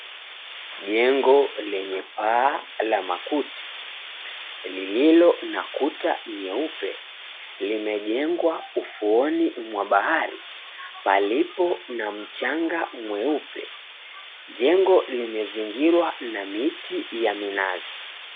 Jengo lenye paa la makuti lililo na kuta nyeupe limejengwa ufuoni mwa bahari palipo na mchanga mweupe. Jengo limezingirwa na miti ya minazi.